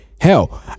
Hell